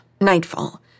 Nightfall